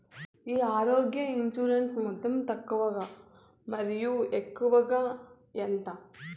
ఈ ఆరోగ్య ఇన్సూరెన్సు మొత్తం తక్కువ మరియు ఎక్కువగా ఎంత?